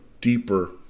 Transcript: deeper